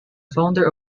founder